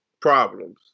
problems